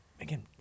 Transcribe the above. again